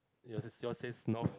yours yours says north